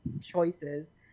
choices